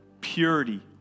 purity